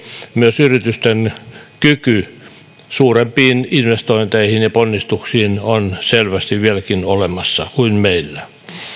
myös yritysten kyky suurempiin investointeihin ja ponnistuksiin on selvästi vieläkin olemassa ja parempi kuin meillä